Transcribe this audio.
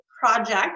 Project